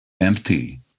empty